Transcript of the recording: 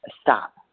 stop